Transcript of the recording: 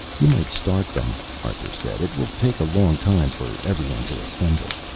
you might start them, arthur said. it will take a long time for every one to assemble.